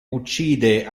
uccide